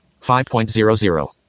5.00